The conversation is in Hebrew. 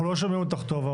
אנחנו לא שומעים אותך טוב.